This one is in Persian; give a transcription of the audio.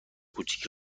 کوچک